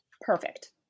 Perfect